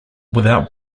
without